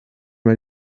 mal